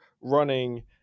running